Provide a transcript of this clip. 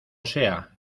sea